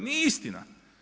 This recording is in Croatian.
Nije istina.